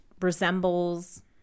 resembles